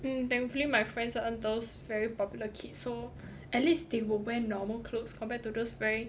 hmm thankfully my friends aren't those very popular kids so at least they will wear normal clothes compared to those very